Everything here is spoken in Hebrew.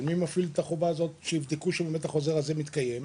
אבל מי בודק שהוראות החוזר מבוצעות?